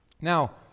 Now